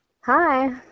Hi